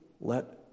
let